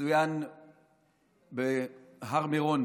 יצוין בהר מירון